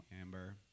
Amber